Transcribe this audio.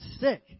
sick